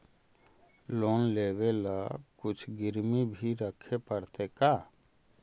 Loan लेबे ल कुछ गिरबी भी रखे पड़तै का?